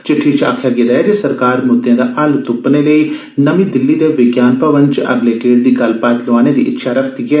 चिट्ठी च आक्खेआ गेदा ऐ जे सरकार मुद्दे दा हल्ल तुप्पने लेई नमीं दिल्ली दे विज्ञान भवन च अगले गेड़ दी गल्लबात लोआने दी इच्छेया रक्खदी ऐ